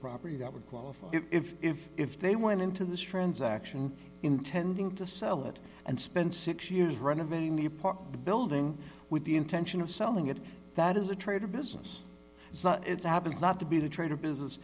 property that would qualify if if if they went into this transaction intending to sell it and spend six years renovating the apartment building with the intention of selling it that is a trade or business it's not it happens not to be the trade of business